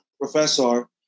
professor